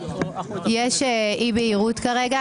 יש אי בהירות כרגע.